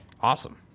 Awesome